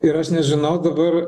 ir aš nežinau dabar